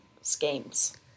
schemes